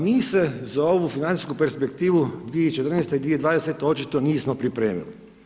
Mi se za ovu financijsku perspektivu 2014.-2020. očito nismo pripremili.